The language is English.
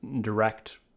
direct